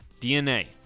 DNA